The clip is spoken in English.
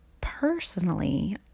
Personally